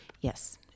Yes